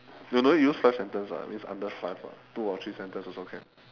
no no need to use first sentence lah means under five ah two or three sentence also can